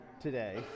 today